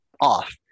off